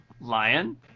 Lion